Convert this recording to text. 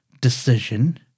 decision